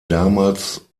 damals